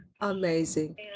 amazing